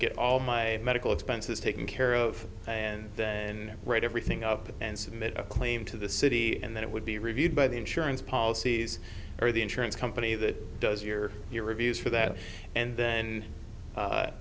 get all my medical expenses taken care of and then write everything up and submit a claim to the city and then it would be reviewed by the insurance policies or the insurance company that does your your reviews for that and then